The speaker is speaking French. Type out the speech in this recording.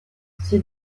ces